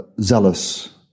zealous